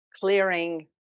clearing